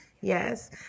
Yes